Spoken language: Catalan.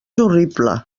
horrible